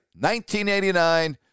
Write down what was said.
1989